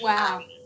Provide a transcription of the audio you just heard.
Wow